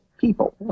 people